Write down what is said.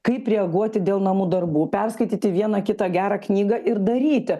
kaip reaguoti dėl namų darbų perskaityti vieną kitą gerą knygą ir daryti